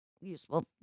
useful